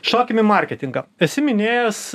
šokim į marketingą esi minėjęs